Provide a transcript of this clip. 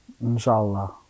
inshallah